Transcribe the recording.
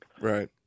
right